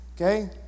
Okay